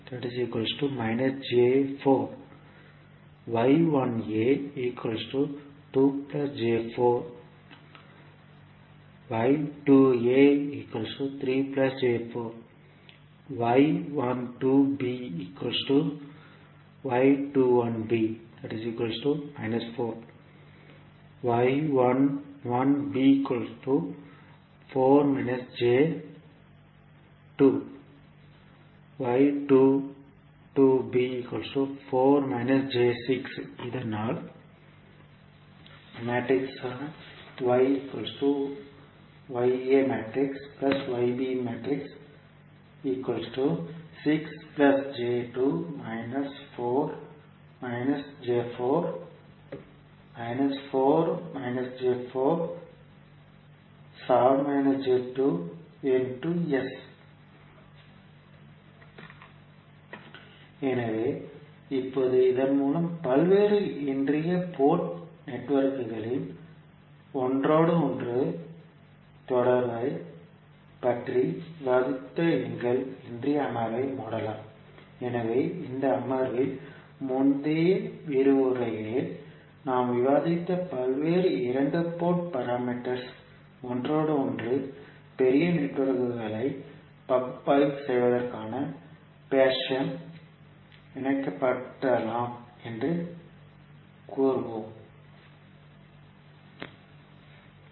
நாம் எழுதலாம் இதனால் எனவே இப்போது இதன் மூலம் பல்வேறு இன்றைய போர்ட் நெட்வொர்க்குகளின் ஒன்றோடொன்று தொடர்பைப் பற்றி விவாதித்த எங்கள் இன்றைய அமர்வை மூடலாம் எனவே இந்த அமர்வில் முந்தைய விரிவுரைகளில் நாம் விவாதித்த பல்வேறு இரண்டு போர்ட் பாராமீட்டர்ஸ் ஒன்றோடு ஒன்று பெரிய நெட்வொர்க்குகளை பகுப்பாய்வு செய்வதற்கான பேஷன் ல் இணைக்கப்படலாம் என்று கூறலாம்